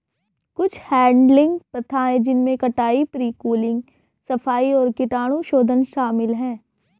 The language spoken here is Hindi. कुछ हैडलिंग प्रथाएं जिनमें कटाई, प्री कूलिंग, सफाई और कीटाणुशोधन शामिल है